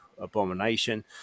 abomination